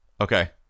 Okay